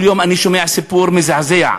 כל יום אני שומע סיפור מזעזע.